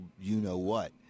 you-know-what